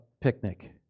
picnic